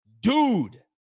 Dude